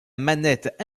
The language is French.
manette